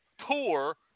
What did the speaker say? poor